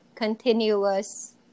Continuous